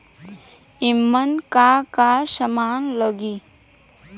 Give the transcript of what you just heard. ईमन का का समान लगी?